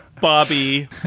Bobby